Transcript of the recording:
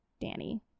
Danny